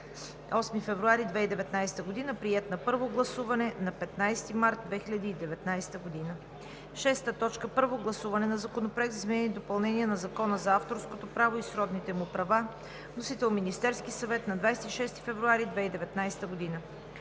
28 февруари 2019 г. Приет е на първо гласуване на 15 март 2019 г. 6. Първо гласуване на Законопроекта за изменение и допълнение на Закона за авторското право и сродните му права. Вносител е Министерският съвет на 26 февруари 2019 г.